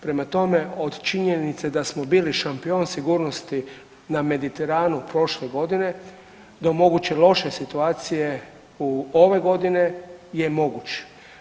Prema tome, od činjenice da smo bili šampion sigurnosti na Mediteranu prošle godine, do moguće loše situacije u ove godine, je moguć.